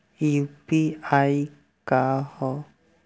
UPI का ह?